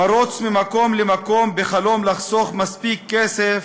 מירוץ ממקום למקום, בחלום לחסוך מספיק כסף